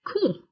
Cool